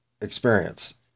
experience